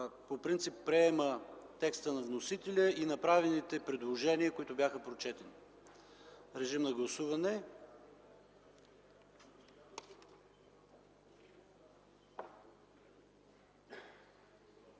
по принцип приема текста на вносителя и направените предложения, които бяха прочетени. Гласували